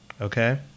Okay